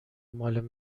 مال